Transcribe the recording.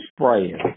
spraying